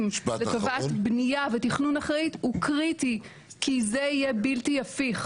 לטובת בנייה ותכנון אחראיים הוא קריטי כי זה יהיה בלתי הפיך,